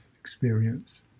experience